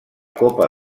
copa